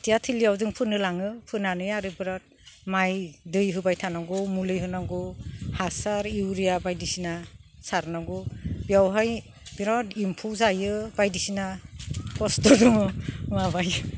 खिथिया थिलियाव जों फोनो लाङो फोनानै आरो बिराद माइ दै होबाय थानांगौ मुलि होनांगौ हासार इउरिया बायदि सिना सारनांगौ बेयाव हाय बिराद एम्फौ जायो बायदि सिना खस्थ' दङ